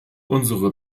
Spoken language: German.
unsere